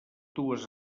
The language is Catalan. dues